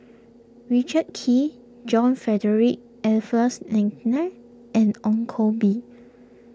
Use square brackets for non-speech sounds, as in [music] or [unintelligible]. Richard Kee John Frederick Adolphus [unintelligible] and Ong Koh Bee